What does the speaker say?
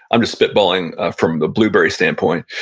i'm just spitballing from the blueberry standpoint.